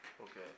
Okay